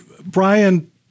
Brian